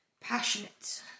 passionate